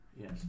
Yes